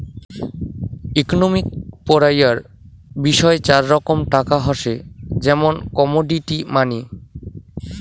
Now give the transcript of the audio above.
economics পড়াইয়ার বিষয় চার রকম টাকা হসে, যেমন কমোডিটি মানি